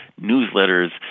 newsletters